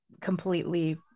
completely